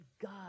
God